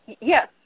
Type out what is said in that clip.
Yes